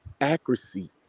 accuracy